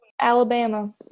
alabama